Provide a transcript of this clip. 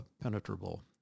penetrable